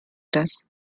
das